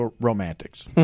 romantics